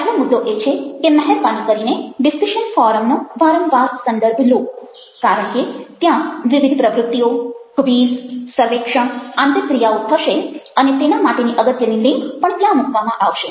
પહેલો મુદ્દો એ છે કે મહેરબાની કરીને ડિસ્કશન ફોરમ નો વારંવાર સંદર્ભ લો કારણ કે ત્યાં વિવિધ પ્રવૃત્તિઓ ક્વિઝ સર્વેક્ષણ આંતરક્રિયાઓ થશે અને તેના માટેની અગત્યની લિન્ક પણ ત્યાં મૂકવામાં આવશે